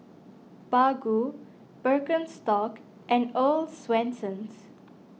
Baggu Birkenstock and Earl's Swensens